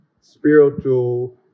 spiritual